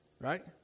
Right